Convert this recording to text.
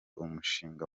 umushinga